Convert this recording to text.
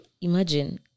imagine